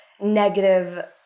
negative